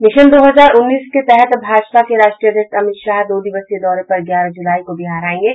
mission दो हजार उन्नीस के तहत भाजपा के राष्ट्रीय अध्यक्ष अमित शाह दो दिवसीय दौरे पर ग्यारह जुलाई को बिहार आयेंगे